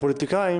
והפוליטיקאים